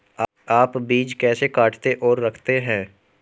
आप बीज कैसे काटते और रखते हैं?